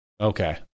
Okay